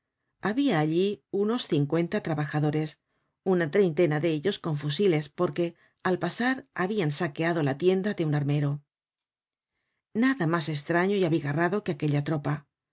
habia allí unos cincuenta trabajadores una treintena de ellos con fusiles porque al pasar habian saqueado la tienda de un armero nada mas estraño y abigarrado que aquella tropa